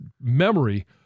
memory